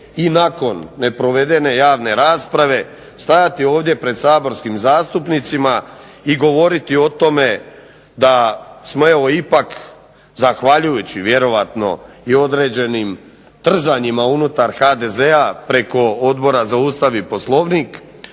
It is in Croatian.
i nakon neprovedene javne rasprave, stajati ovdje pred saborskim zastupnicima i govoriti o tome da smo ipak zahvaljujući vjerojatno i određenim trzanjima unutar HDZ-a preko Odbora za Ustav i POslovnik